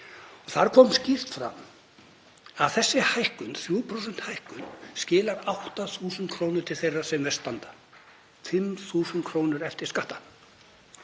Þar kom skýrt fram að þessi hækkun, 3% hækkun, skilar 8.000 kr. til þeirra sem verst standa, 5.000 kr. eftir skatta.